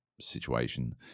situation